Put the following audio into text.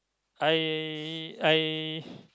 I I